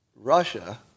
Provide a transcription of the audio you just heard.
Russia